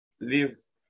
lives